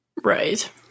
Right